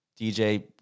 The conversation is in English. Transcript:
DJ –